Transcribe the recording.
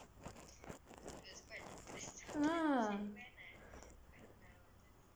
!huh!